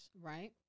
right